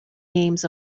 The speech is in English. names